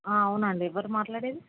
అవునండి ఎవరు మాట్లాడేది